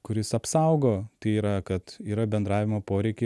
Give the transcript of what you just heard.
kuris apsaugo tai yra kad yra bendravimo poreikiai